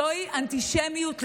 זוהי אנטישמיות לשמה.